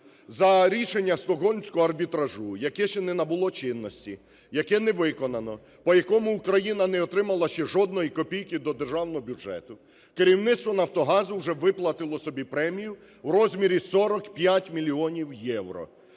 за рішення Стокгольмського арбітражу, яке ще не набуло чинності, яке не виконано, по якому Україна не отримала ще жодної копійки до державного бюджету, керівництво "Нафтогазу" вже виплатило собі премію у розмірі 45 мільйонів євро.